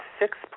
six